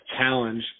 challenge